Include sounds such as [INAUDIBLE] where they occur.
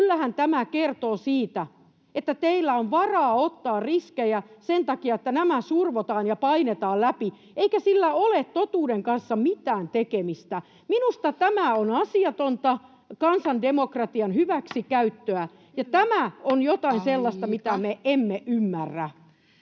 Kyllähän tämä kertoo siitä, että teillä on varaa ottaa riskejä. Sen takia nämä survotaan ja painetaan läpi, eikä sillä ole totuuden kanssa mitään tekemistä. Minusta tämä on asiatonta kansan demokratian hyväksikäyttöä, [NOISE] ja tämä on jotain